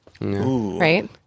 Right